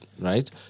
right